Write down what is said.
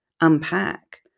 unpack